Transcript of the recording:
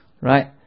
right